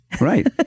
Right